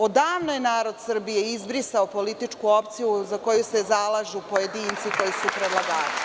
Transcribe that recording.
Odavno je narod Srbije izbrisao političku opciju za koju se zalažu pojedinci koji su predlagači.